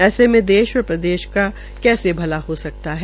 ऐसे मे देश व प्रदेश का कैसे भला हो सकता है